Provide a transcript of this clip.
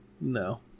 no